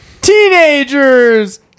teenagers